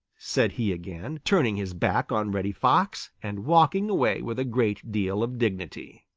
said he again, turning his back on reddy fox and walking away with a great deal of dignity.